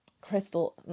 crystal